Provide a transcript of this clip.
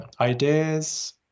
ideas